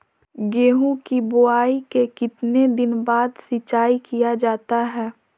गेंहू की बोआई के कितने दिन बाद सिंचाई किया जाता है?